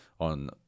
on